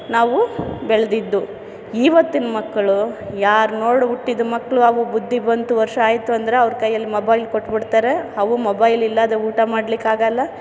ನಾವು ಬೆಳೆದಿದ್ದು ಈವತ್ತಿನ ಮಕ್ಕಳು ಯಾರು ನೋಡಿ ಹುಟ್ಟಿದ ಮಕ್ಕಳು ಅವು ಬುದ್ಧಿ ಬಂತು ವರ್ಷ ಆಯಿತು ಅಂದರೆ ಅವ್ರು ಕೈಯ್ಯಲ್ಲಿ ಮೊಬೈಲ್ ಕೊಟ್ಬಿಡ್ತಾರೆ ಅವು ಮೊಬೈಲ್ ಇಲ್ಲಾದರೆ ಊಟ ಮಾಡಲಿಕ್ಕಾಗಲ್ಲ